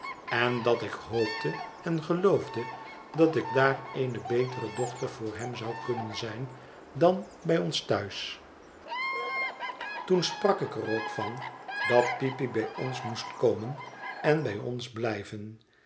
en dat ik hoopte en geloofde dat ik daar eene betere dochter voor hem zou kunnen zijn dan bij ons thuis toen sprak ik er ook van dat peepy bij ons moest komen en bij ons blijven